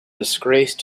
disgrace